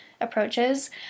approaches